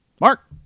Mark